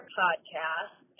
podcast